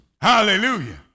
Hallelujah